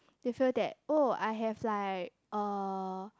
they feel that oh I have like uh